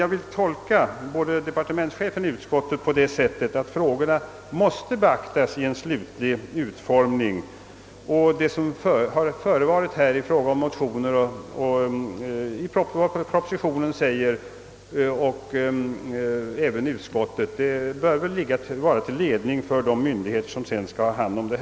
Jag vill emellertid tolka både departementschefens och utskottets hemställan på det sättet, att frågorna måste beaktas vid en slutlig utformning, och det som framhållits i motioner, i propositionen liksom i utskottets utlå tande bör kunna vara till ledning för de myndigheter som sedan skall handha saken.